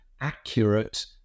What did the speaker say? accurate